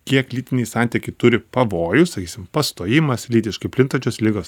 kiek lytiniai santykiai turi pavojų sakysim pastojimas lytiškai plintančios ligos